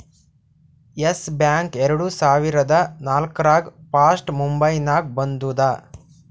S Bank ಎರಡು ಸಾವಿರದಾ ನಾಕ್ರಾಗ್ ಫಸ್ಟ್ ಮುಂಬೈನಾಗ ಬಂದೂದ